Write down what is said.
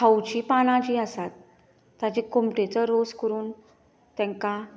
खावची पानां जी आसात ताज्या कुमटेचो रोंस काडून तेंकां